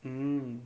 mm